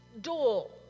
door